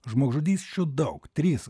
žmogžudysčių daug trys